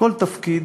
כל תפקיד